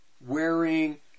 wearing